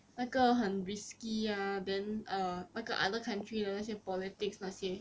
那个很 risky ah then err 那个 other country 的那些 politics 那些